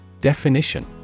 Definition